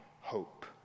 hope